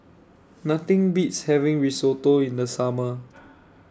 Nothing Beats having Risotto in The Summer